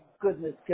goodness